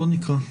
בואו נקרא.